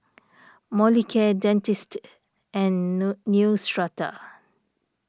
Molicare Dentiste and no Neostrata